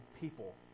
people